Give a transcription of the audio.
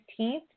15th